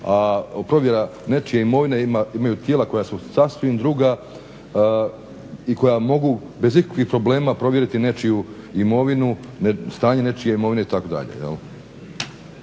A provjera nečije imovine imaju tijela koja su sasvim druga i koja mogu bez ikakvih problema provjeriti nečiju imovinu, stanje nečije imovine itd.